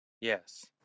Yes